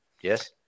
yes